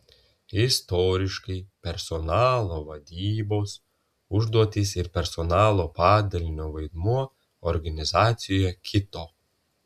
istoriškai personalo vadybos užduotys ir personalo padalinio vaidmuo organizacijoje kito